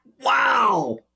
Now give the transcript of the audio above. Wow